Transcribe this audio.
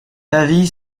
avis